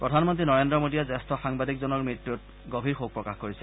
প্ৰধানমন্নী নৰেন্দ্ৰ মোদীয়ে জ্যেষ্ঠ সাংবাদিকজনৰ মৃত্যুত গভীৰ শোক প্ৰকাশ কৰিছে